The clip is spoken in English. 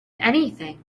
anything